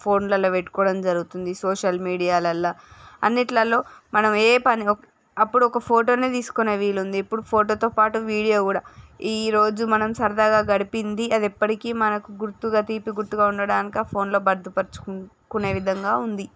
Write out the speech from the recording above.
ఫోన్లలో పెట్టుకోవడం జరుగుతుంది సోషల్ మీడియాలల్లో అన్నిటిలో మనం ఏ పని అప్పుడు ఒక ఫోటోనే తీసుకొనే వీలుంది కానీ ఇప్పుడు ఫోటో పాటు వీడియో కూడా ఈరోజు మనం సరదాగా గడిపింది అది ఎప్పటికి మనకి గుర్తుగా తీపి గుర్తుగా ఉండడానికి ఆ ఫోన్లో భద్రపరుచుకునే విధంగా ఉంది